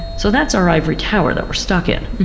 so that's our ivory tower that we're stuck in,